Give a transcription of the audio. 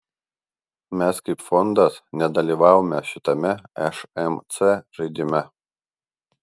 mes kaip fondas nedalyvavome šitame šmc žaidime